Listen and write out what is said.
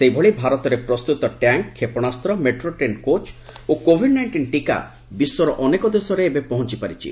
ସେହିଭଳି ଭାରତରେ ପ୍ରସ୍ତୁତ ଟ୍ୟାଙ୍କ୍ କ୍ଷେପଣାସ୍ତ୍ର ମେଟ୍ରୋ ଟ୍ରେନ୍ କୋଚ୍ ଓ କୋଭିଡ ନାଇଷ୍ଟିନ ଟିକା ବିଶ୍ୱର ଅନେକ ଦେଶରେ ଏବେ ପହଞ୍ଚ ପାରିଛି